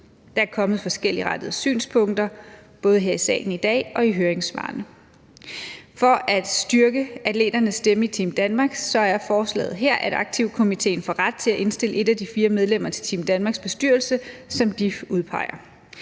Der er kommet forskelligartede synspunkter både her i salen i dag og i høringssvarene. For at styrke atleternes stemme i Team Danmark er forslaget her, at Team Danmarks Aktivkomité får ret til at indstille 1 af de 4 medlemmer af Team Danmarks bestyrelse, som de udpeger.